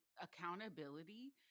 accountability